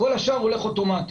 וכל השאר הולך אוטומטי.